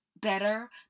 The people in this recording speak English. better